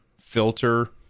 filter